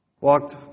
walked